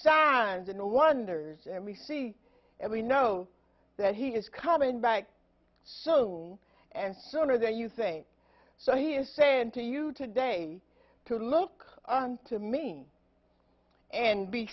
signs and wonders and we see and we know that he is coming back soon and sooner than you think so he is saying to you today to look up to maine and be